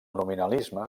nominalisme